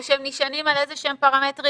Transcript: או שהם נשענים על איזשהם פרמטרים